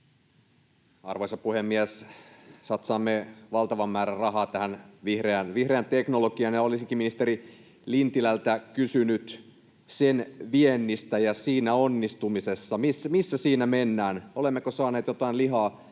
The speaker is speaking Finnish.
Arvoisa puhemies! Satsaamme valtavan määrän rahaa vihreään teknologiaan, ja olisinkin ministeri Lintilältä kysynyt sen viennistä ja siinä onnistumisesta, missä siinä mennään. Olemmeko saaneet tässä jotain lihaa